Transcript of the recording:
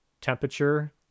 temperature